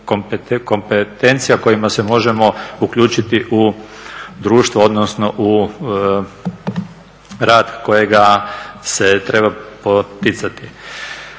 kompetencija kojima se možemo uključiti u društvo, odnosno u rad kojega se treba poticati.